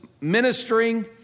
ministering